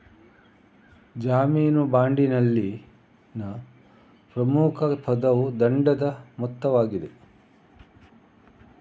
ಜಾಮೀನು ಬಾಂಡಿನಲ್ಲಿನ ಪ್ರಮುಖ ಪದವು ದಂಡದ ಮೊತ್ತವಾಗಿದೆ